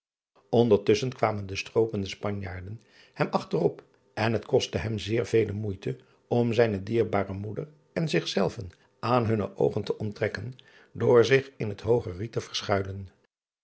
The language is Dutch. ndertusschen kwamen de stroopende panjaarden hem achter op en het kostte hem zeer vele moeite om zijne dierbare moeder en zichzelven aan hunne oogen te onttrekken door zich in het hooge riet te verschuilen